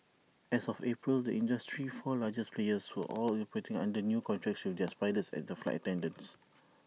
as of April the industry's four largest players were all operating under new contracts with their pilots and flight attendants